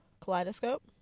Kaleidoscope